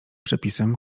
przepisem